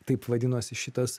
taip vadinosi šitas